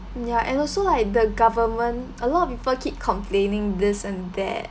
ya and also like the government a lot of people keep complaining this and that